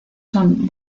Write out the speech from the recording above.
son